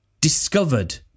discovered